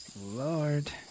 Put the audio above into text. Lord